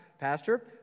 Pastor